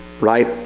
right